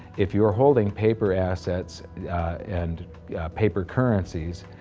if you are holding paper assets and yeah paper currencies,